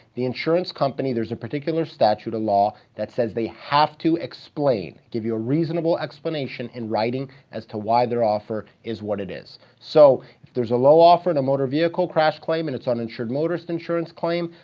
the insurance company, there's a particular statute, a law, that says they have to explain, give you a reasonable explanation in writing as to why their offer is what it is. so, if there's a low offer in a motor vehicle crash claim and it's uninsured motorist insurance claim,